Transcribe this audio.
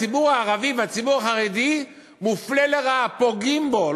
הציבור הערבי והציבור החרדי מופלים לרעה פוגעים בו,